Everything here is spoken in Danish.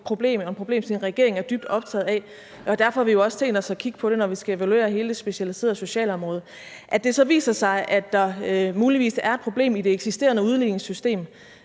og en problemstilling, regeringen er dybt optaget af, og derfor har vi også tænkt os at kigge på det, når vi skal evaluere hele det specialiserede socialområde. At det så viser sig, at der muligvis er et problem i det eksisterende udligningssystem